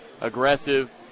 aggressive